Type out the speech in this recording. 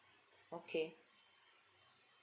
okay